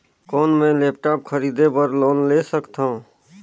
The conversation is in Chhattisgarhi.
कौन मैं लेपटॉप खरीदे बर लोन ले सकथव?